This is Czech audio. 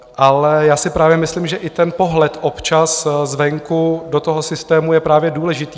Ale já si právě myslím, že i pohled občas zvenku do toho systému je právě důležitý.